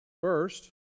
First